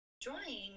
drawing